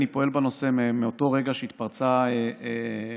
אני פועל בנושא מאותו רגע שהתפרצה שפעת